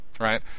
Right